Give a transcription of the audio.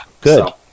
Good